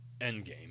Endgame